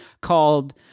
called